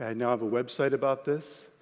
i now have a website about this,